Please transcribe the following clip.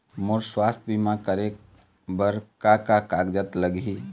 मोर स्वस्थ बीमा करे बर का का कागज लगही?